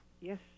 Yes